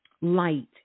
light